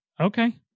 Okay